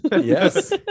yes